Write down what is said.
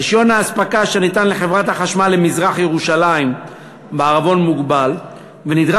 רישיון האספקה שניתן לחברת החשמל למזרח-ירושלים בע"מ ונדרש